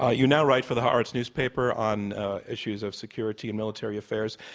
ah you now write for the haaretz newspaper on issues of security and military affairs.